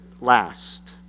last